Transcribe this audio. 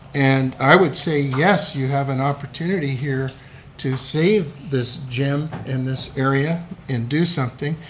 and i would say yes, you have an opportunity here to save this gem in this area and do something.